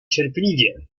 cierpliwie